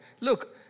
look